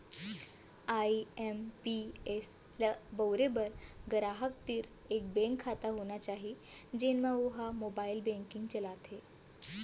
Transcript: IMPS ल बउरे बर गराहक तीर एक बेंक खाता होना चाही जेन म वो ह मोबाइल बेंकिंग चलाथे